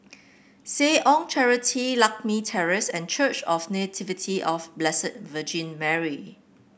Seh Ong Charity Lakme Terrace and Church of Nativity of Blessed Virgin Mary